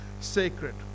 sacred